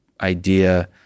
idea